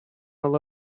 all